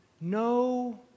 No